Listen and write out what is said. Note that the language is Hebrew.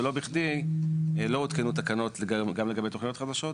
ולא בכדי לא הותקנו תקנות גם לגבי תוכניות חדשות,